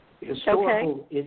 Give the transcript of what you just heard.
historical